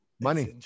money